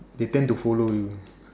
the tend to follow you